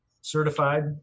certified